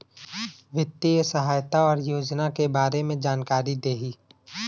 वित्तीय सहायता और योजना के बारे में जानकारी देही?